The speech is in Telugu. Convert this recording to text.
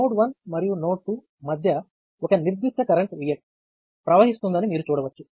నోడ్ 1 మరియు నోడ్ 2 మధ్య ఒక నిర్దిష్ట కరెంట్ Vx ప్రవహిస్తుందని మీరు చూడవచ్చు